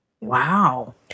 Wow